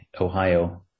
Ohio